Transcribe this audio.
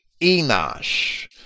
Enosh